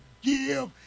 give